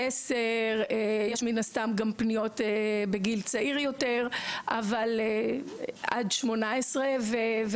10. יש מן הסתם גם פניות בגיל צעיר יותר ועד גיל 18 ולמעלה,